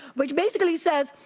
which basically says,